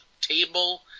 table